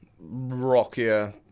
rockier